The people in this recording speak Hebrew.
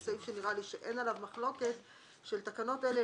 זה סעיף שנראה לי שאין עליו מחלוקת: "תחולה20.תקנות אלה,